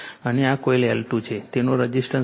અને આ coil L2 છે તેનો રઝિસ્ટન્સ 1